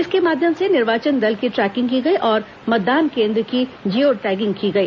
इसके माध्यम से निर्वाचन दल की ट्रैकिंग की गई और मतदान केंद्र की जियो टैगिंग की गई